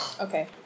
Okay